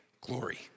glory